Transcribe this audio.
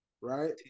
right